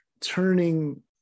turning